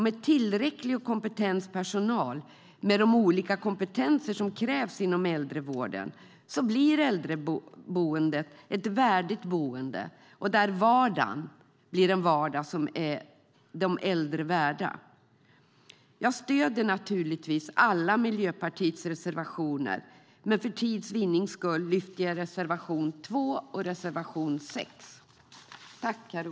Med tillräcklig och kompetent personal med de olika kompetenser som krävs inom äldrevården blir äldreboende ett värdigt boende där vardagen blir en vardag som de äldre är värda. Jag stöder naturligtvis alla Miljöpartiets reservationer, men för tids vinnande yrkar jag bifall endast till reservationerna 2 och 6.